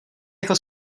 jako